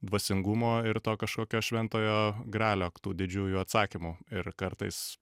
dvasingumo ir to kažkokio šventojo gralio tų didžiųjų atsakymų ir kartais